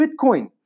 Bitcoin